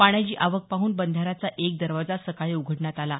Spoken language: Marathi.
पाण्याची आवक पाहून बंधाऱ्याचा एक दरवाजा सकाळी उघडण्यात आला आहे